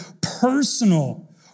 personal